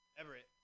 Everett